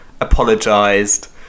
apologised